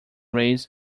raised